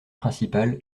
principale